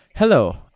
Hello